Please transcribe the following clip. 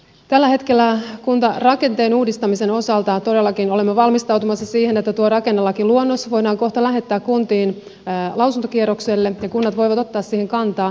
tällä hetkellä kuntarakenteen uudistamisen osalta todellakin olemme valmistautumassa siihen että tuo rakennelakiluonnos voidaan kohta lähettää kuntiin lausuntokierrokselle ja kunnat voivat ottaa siihen kantaa